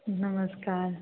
नमस्कार